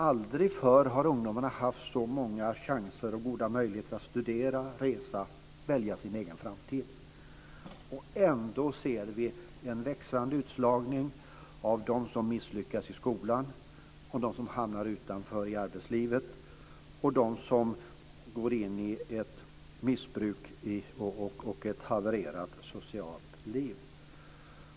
Aldrig förr har ungdomar haft så många chanser och goda möjligheter att studera, resa och välja sin egen framtid. Ändå ser vi en växande utslagning av dem som misslyckas i skolan, av dem som hamnar utanför i arbetslivet och av dem som går in i ett missbruk och ett havererat socialt liv.